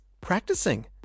Practicing